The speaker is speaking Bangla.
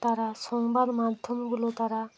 তারা সংবাদ মাধ্যমগুলো তারা